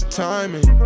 timing